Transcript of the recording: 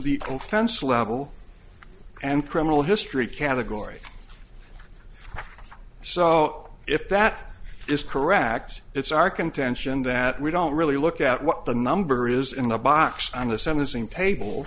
the fence level and criminal history category so if that is correct it's our contention that we don't really look at what the number is in the box on the sentencing table